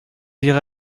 irez